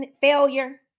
failure